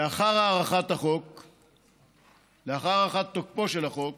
לאחר הארכת תוקפו של החוק